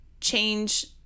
change